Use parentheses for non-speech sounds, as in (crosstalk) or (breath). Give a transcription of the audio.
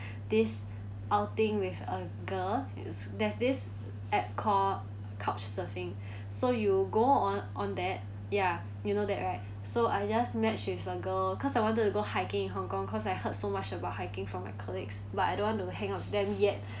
(breath) this outing with a girl is there's this app called Couchsurfing so you go on on that ya you know that right so I just match with a girl cause I wanted to go hiking in hong kong cause I heard so much about hiking from my colleagues but I don't want to hang out with them yet